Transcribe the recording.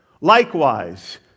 likewise